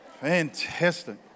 Fantastic